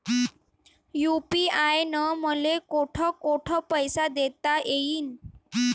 UPI न मले कोठ कोठ पैसे देता येईन?